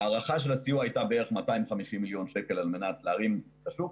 ההערכה של הסיוע הייתה בערך 250 מיליון שקלים על מנת להרים את השוק.